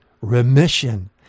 remission